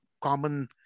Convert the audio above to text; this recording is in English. common